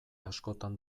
askotan